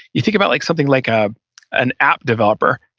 you think about like something like ah an app developer.